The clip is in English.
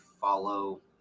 follow